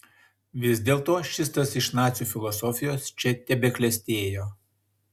vis dėlto šis tas iš nacių filosofijos čia tebeklestėjo